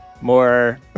more